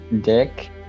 Dick